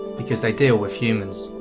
because they deal with humans.